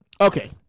okay